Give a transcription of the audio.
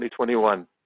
2021